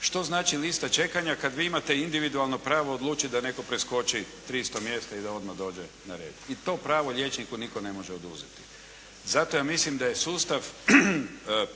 Što znači lista čekanja kada vi imate individualno pravo odlučiti da netko preskoči 300 mjesta i da odmah dođe na red i to pravo liječniku nitko ne može oduzeti. Zato ja mislim da je sustav